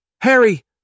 Harry